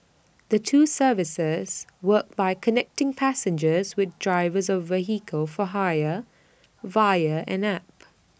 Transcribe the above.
the two services work by connecting passengers with drivers of vehicles for hire via an app